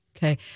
Okay